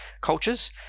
cultures